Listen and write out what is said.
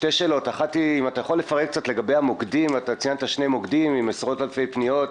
שתי שאלות ציינת שני מוקדים עם עשרות אלפי פניות.